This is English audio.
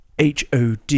HOD